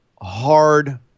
hard